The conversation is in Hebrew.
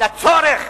על הצורך.